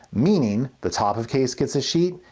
meaning the top of case gets a sheet,